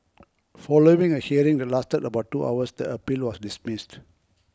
following a hearing that lasted about two hours the appeal was dismissed